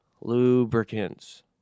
Lubricants